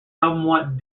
somewhat